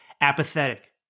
apathetic